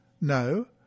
No